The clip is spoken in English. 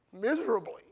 miserably